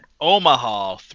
Omaha